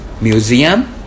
museum